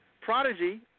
prodigy